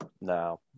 No